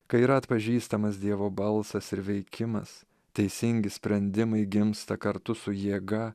kai yra atpažįstamas dievo balsas ir veikimas teisingi sprendimai gimsta kartu su jėga